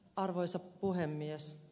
arvoisa puhemies